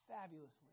fabulously